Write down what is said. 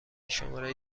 شماره